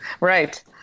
Right